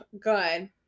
good